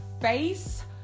face